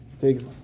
figs